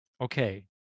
Okay